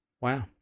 Wow